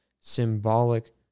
symbolic